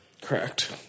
Correct